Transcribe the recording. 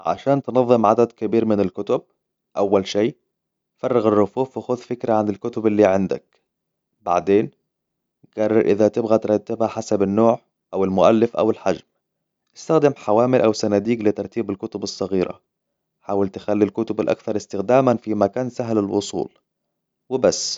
عشان تنظم عدد كبير من الكتب أول شي فرغ الرفوف وخذ فكرة عن الكتب اللي عندك بعدين قرر إذا تبغى ترتبها حسب النوع أو المؤلف أو الحجم استخدم حوامل أو صناديق لترتيب الكتب الصغيرة حاول تخلي الكتب الأكثر استخداماً لمكان سهل الوصول وبس